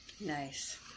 Nice